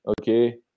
okay